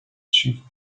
chief